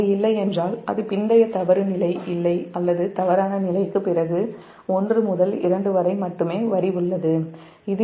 அது இல்லை என்றால் அது பிந்தைய தவறு நிலை இல்லை அல்லது தவறான நிலைக்கு பிறகு 1 முதல் 2 வரை மட்டுமே வரி உள்ளது